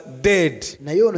dead